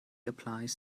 applies